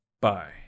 bye